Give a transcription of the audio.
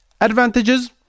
advantages